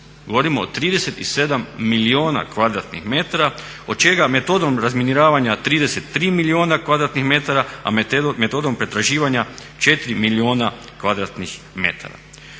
Govorimo o 37 milijuna kvadratnih metara od čega metodom razminiravanja 33 milijuna kvadratnih metara, a metodom pretraživanja 4 milijuna kvadratnih metara.